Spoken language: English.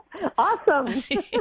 Awesome